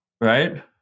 right